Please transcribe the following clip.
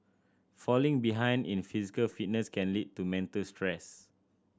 falling behind in physical fitness can lead to mental stress